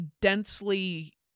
densely